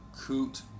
coot